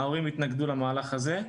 ההורים התנגדו למהלך הזה,